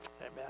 Amen